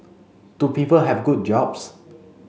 do people have good jobs